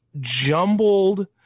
jumbled